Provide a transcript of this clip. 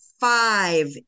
five